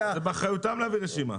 זה באחריותם להביא רשימה.